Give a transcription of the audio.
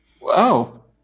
Wow